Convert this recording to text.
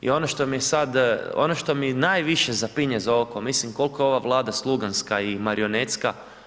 I ono što mi je sa, ono što mi najviše zapinje za oko, mislim kolko je ova Vlada sluganska i marionetska.